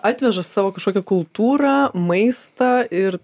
atveža savo kažkokią kultūrą maistą ir